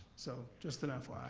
so just an fyi.